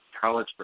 college